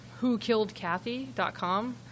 whokilledkathy.com